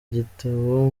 gitabo